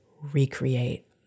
recreate